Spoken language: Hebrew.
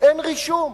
אין רישום.